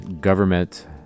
government